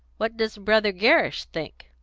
what does brother gerrish think?